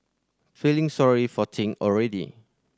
feeling sorry for Ting already